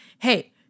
hey